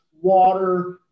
water